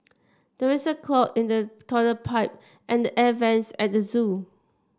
there is a clog in the toilet pipe and the air vents at the zoo